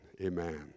amen